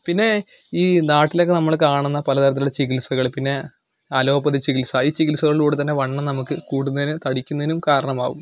പിന്നെ ഈ നാട്ടിലൊക്കെ നമ്മൾ കാണുന്ന പലതരത്തിലുള്ള ചികിത്സകൾ പിന്നെ അലോപ്പതി ചികിത്സ ഈ ചികിത്സകളിലൂടത്തന്നെ വണ്ണം നമുക്ക് കൂടുന്നതിനും തടിക്കുന്നതിനും കാരണമാവും